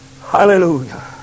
Hallelujah